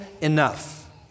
enough